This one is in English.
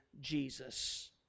Jesus